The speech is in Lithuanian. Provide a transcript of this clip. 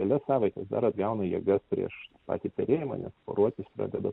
kelias savaites dar atgauna jėgas prieš patį perėjimą nes poruotis pradeda